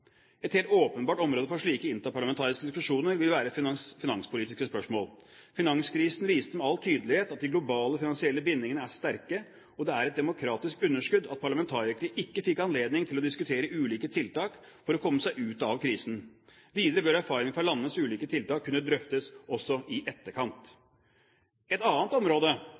Et helt åpenbart område for slike interparlamentariske diskusjoner vil være finanspolitiske spørsmål. Finanskrisen viste med all tydelighet at de globale finansielle bindingene er sterke, og det er et demokratisk underskudd at parlamentarikere ikke fikk anledning til å diskutere ulike tiltak for å komme seg ut av krisen. Videre bør erfaringene fra landenes ulike tiltak kunne drøftes også i etterkant. Et annet område